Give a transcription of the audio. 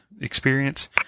experience